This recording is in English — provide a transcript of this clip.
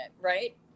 right